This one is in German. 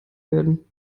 werden